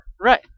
Right